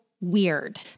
weird